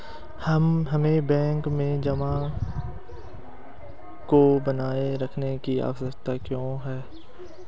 हमें बैंक में जमा को बनाए रखने की आवश्यकता क्यों है?